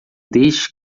deixe